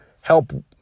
help